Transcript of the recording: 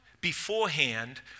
beforehand